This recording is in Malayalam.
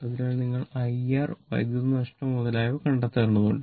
അതിനാൽ നിങ്ങൾ IR വൈദ്യുതി നഷ്ടം മുതലായവ കണ്ടെത്തേണ്ടതുണ്ട്